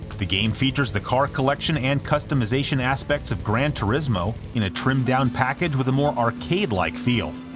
the game features the car collection and customization aspects of gran turismo, in a trimmed-down package with a more arcade-like feel.